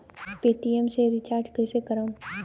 Paytm से recharge कईसे करम?